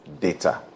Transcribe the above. data